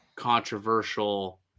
Controversial